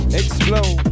explode